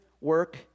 work